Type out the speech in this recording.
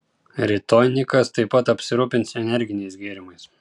rytoj nikas taip pat apsirūpins energiniais gėrimais